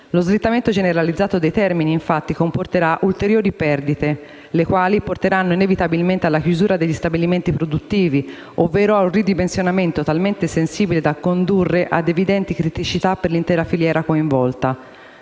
Lo slittamento generalizzato dei termini, infatti, comporterà ulteriori perdite, le quali porteranno inevitabilmente alla chiusura degli stabilimenti produttivi, ovvero a un ridimensionamento talmente sensibile da condurre a evidenti criticità per l'intera filiera coinvolta.